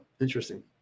interesting